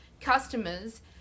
customers